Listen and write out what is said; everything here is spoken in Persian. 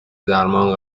درمان